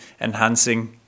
enhancing